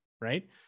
Right